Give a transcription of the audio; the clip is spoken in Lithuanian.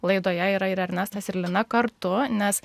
laidoje yra ir ernestas ir lina kartu nes